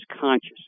conscious